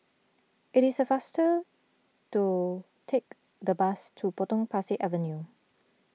it is a faster to take the bus to Potong Pasir Avenue